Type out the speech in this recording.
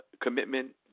commitment